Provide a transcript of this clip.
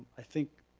i think,